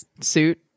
suit